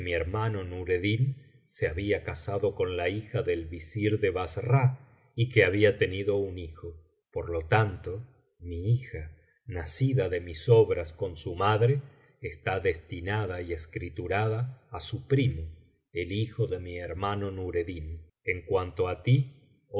mi hermano nureddin se había casado con la hija del visir de bassra y que había tenido un hijo por lo tanto mi hija nacida de mis obras con su madre está destinada y escriturada á su primo el hijo de mi hermano nureddin en cuanto á ti